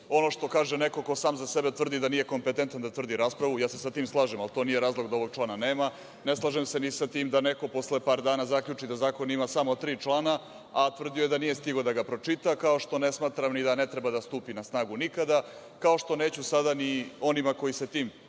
ono što kaže neko ko sam za sebe tvrdi da nije kompetentan da tvrdi raspravu, ja se sa tim slažem, ali to nije razlog da ovog člana nema. Ne slažem se ni sa tim da neko posle par dana zaključi da zakon ima samo tri člana, a tvrdio je da nije stigao da ga pročita, kao što ne smatram ni da ne treba da stupi na snagu nikada, kao što neću sada ni onima koji se tim